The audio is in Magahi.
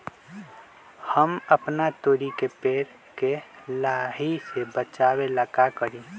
हम अपना तोरी के पेड़ के लाही से बचाव ला का करी?